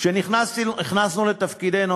כשנכנסנו לתפקידנו,